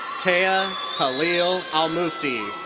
teaa khalil al-mufti.